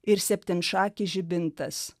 ir septynšakis žibintas